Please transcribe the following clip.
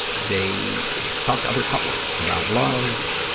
they talk to other couples about love,